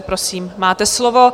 Prosím, máte slovo.